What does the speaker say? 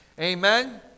Amen